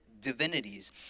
divinities